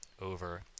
over